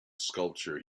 sculpture